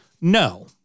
No